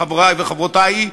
חברי וחברותי,